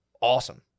awesome